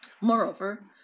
Moreover